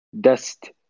Dust